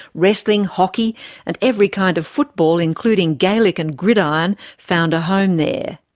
wrestling, hockey and every kind of football, including gaelic and gridiron, found a home there.